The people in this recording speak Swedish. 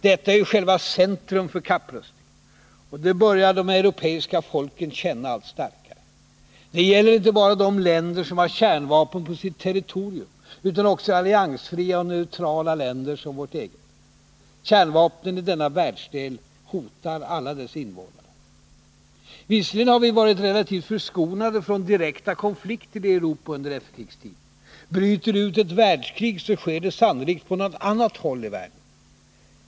Denna är ju själva centrum för kapprustningen, och det börjar de europeiska folken känna allt starkare. Det gäller inte bara de länder som har kärnvapen på sitt territorium, utan också alliansfria och neutrala länder som vårt eget. Kärnvapnen i denna världsdel hotar alla dess invånare. Vi har varit relativt förskonade från direkta konflikter i Europa under efterkrigstiden. Bryter det ut ett världskrig, så sker det sannolikt på något annat håll i världen.